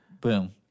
Boom